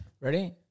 Ready